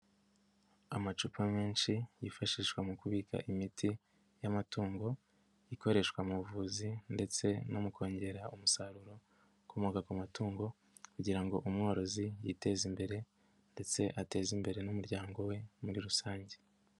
Amacupa menshi yifashishwa mu kubika imiti y'amatungo ikoreshwa mu buvuzi ndetse no mu kongera umusaruro ukomoka ku matungo kugira ngo umworozi yiteze imbere ndetse ateze imbere n'umuryango we muri rusange.